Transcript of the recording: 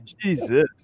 Jesus